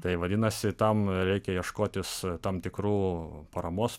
tai vadinasi tam reikia ieškotis tam tikrų paramos